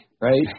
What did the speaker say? right